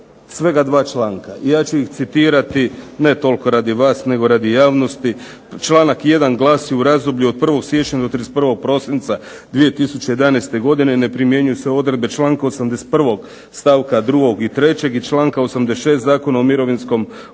svega dva članka. Ja ću ih citirati ne toliko radi vas, nego radi javnosti. Članak 1. glasi: "U razdoblju od 1. siječnja do 31. prosinca 2011. godine ne primjenjuju se odredbe članka 81. stavka 2. i 3. i članka 86. Zakona o mirovinskom osiguranju,